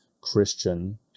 Christian